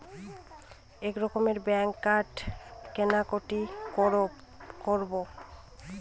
এক রকমের ব্যাঙ্কের কার্ডে কেনাকাটি করব